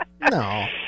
No